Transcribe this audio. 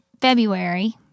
February